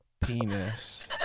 penis